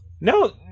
No